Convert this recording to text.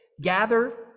gather